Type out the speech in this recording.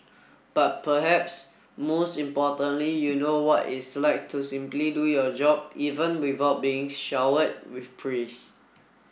but perhaps most importantly you know what it's like to simply do your job even without being showered with praise